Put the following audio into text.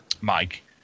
Mike